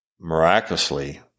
miraculously